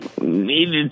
needed